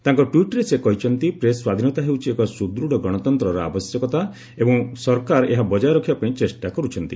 ତାଙ୍କ ଟ୍ୱିଟ୍ରେ ସେ କହିଛନ୍ତି ପ୍ରେସ୍ ସ୍ୱାଧୀନତା ହେଉଛି ଏକ ସୁଦୃଢ଼ ଗଣତନ୍ତ୍ରର ଆବଶ୍ୟକତା ଏବଂ ସରକାର ଏହା ବଜାୟ ରଖିବା ପାଇଁ ଚେଷ୍ଟା କର୍ରଛନ୍ତି